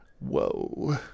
whoa